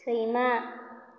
सैमा